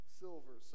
silver